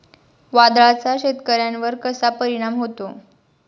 वादळाचा शेतकऱ्यांवर कसा परिणाम होतो?